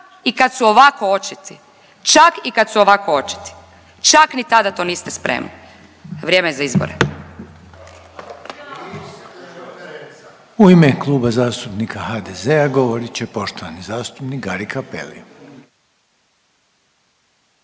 i kad su ovako očiti, čak i kad su ovako očiti, čak ni tada to niste spremni. Vrijeme je za izbore.